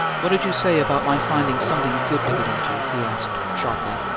what did you say about my finding something good to get into he asked, sharply.